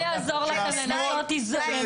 לא יעזור לכם לייצר איזון,